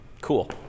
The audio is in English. Cool